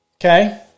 Okay